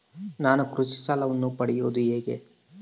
ನಾನು ಕೃಷಿ ಸಾಲವನ್ನು ಪಡೆಯೋದು ಹೇಗೆ?